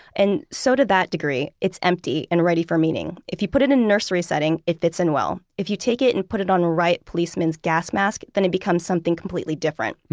and so to that degree, it's empty and ready for meaning. if you put it in a nursery setting, it fits in well. if you take it and put it on a riot policemen's gas mask, then it becomes something completely different.